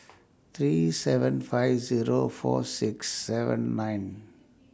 three seven five Zero four six seven nine